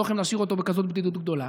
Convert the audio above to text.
יכולים להשאיר אותו בכזאת בדידות גדולה,